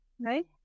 Right